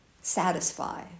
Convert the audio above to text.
satisfy